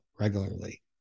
regularly